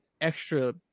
extra